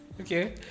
Okay